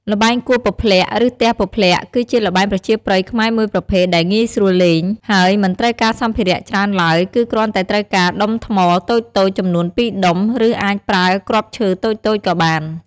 ល្បែងគោះពព្លាក់ ឬទះពព្លាក់ គឺជាល្បែងប្រជាប្រិយខ្មែរមួយប្រភេទដែលងាយស្រួលលេង ហើយមិនត្រូវការសម្ភារៈច្រើនឡើយ គឺគ្រាន់តែដុំថ្មតូចៗចំនួន២ដុំ ឬអាចប្រើគ្រាប់ឈើតូចៗក៏បាន។